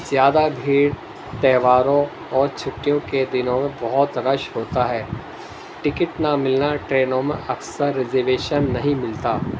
زیادہ بھیڑ تہواروں اور چھٹیوں کے دنوں میں بہت رش ہوتا ہے ٹکٹ نہ ملنا ٹرینوں میں اکثر ریزویشن نہیں ملتا